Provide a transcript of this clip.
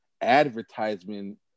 advertisement